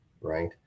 Right